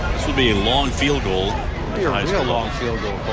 a long field goal. a long field goal.